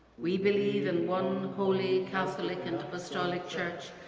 we believe in one holy, catholic and apostolic church,